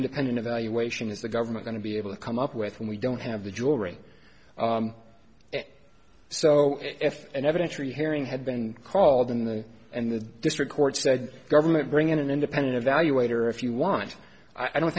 independent evaluation is the government going to be able to come up with when we don't have the jewelry so if an evidentiary hearing had been called in the and the district court said government bring in an independent evaluator if you want i don't